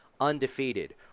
undefeated